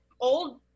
old